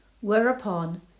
Whereupon